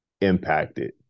impacted